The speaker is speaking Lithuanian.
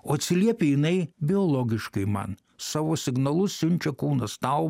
o atsiliepė jinai biologiškai man savo signalus siunčia kūnas tau